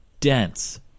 dense